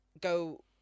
go